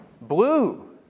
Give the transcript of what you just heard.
blue